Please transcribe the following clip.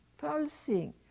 pulsing